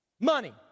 Money